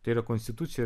tai yra konstitucija